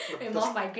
thus